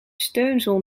steunzool